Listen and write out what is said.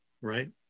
right